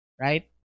Right